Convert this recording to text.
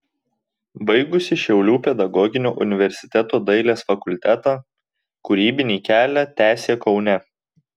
baigusi šiaulių pedagoginio universiteto dailės fakultetą kūrybinį kelią tęsė kaune